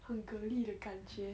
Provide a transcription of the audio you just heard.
很的感觉